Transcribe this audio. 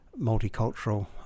multicultural